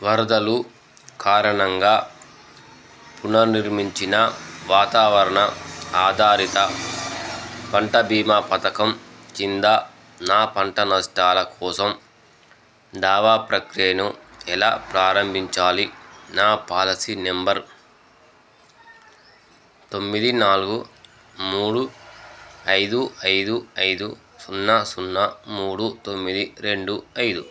వరదలు కారణంగా పునర్నిమించిన వాతావరణ ఆధారిత పంట భీమా పథకం కింద నా పంట నష్టాల కోసం దావా ప్రక్రియను ఎలా ప్రారంభించాలి నా పాలసీ నెంబర్ తొమ్మిది నాలుగు మూడు ఐదు ఐదు ఐదు సున్నా సున్నా మూడు తొమ్మిది రెండు ఐదు